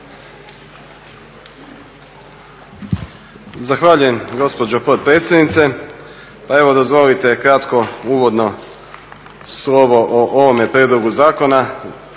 Zahvaljujem gospođo potpredsjednice. Pa evo dozvolite kratko uvodno slovo o ovome prijedlogu zakona.